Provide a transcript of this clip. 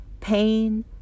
pain